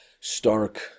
Stark